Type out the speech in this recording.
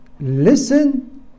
listen